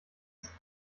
ist